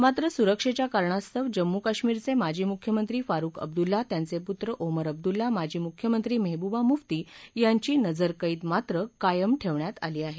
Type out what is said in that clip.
मात्र सुरक्षेच्या कारणास्तव जम्मू काश्मीरचे माजी मुख्यमंत्री फारुख अब्दुल्ला त्यांचे पुत्र ओमर अब्दुल्ला माजी मुख्यमंत्री मेहबूबा मुफ्ती यांची नजरकैद मात्र कायम ठेवण्यात आली आहे